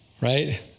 right